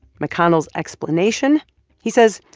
mcconnell's explanation he says,